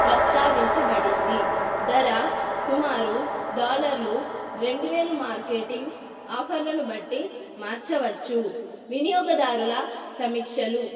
ప్రస్తావించబడింది ధర సుమారు డాలర్లు రెండువేలు మార్కెటింగ్ ఆఫర్లను బట్టి మార్చవచ్చు వినియోగదారుల సమీక్షలు